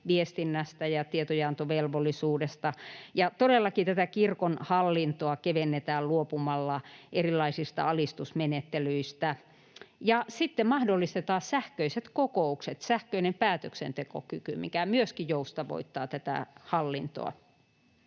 viestinnästä ja tietojenantovelvollisuudesta, ja todellakin tätä kirkon hallintoa kevennetään luopumalla erilaisista alistusmenettelyistä. Ja sitten mahdollistetaan sähköiset kokoukset, sähköinen päätöksentekokyky, mikä myöskin joustavoittaa tätä hallintoa.